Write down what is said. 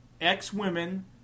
X-Women